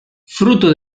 fruto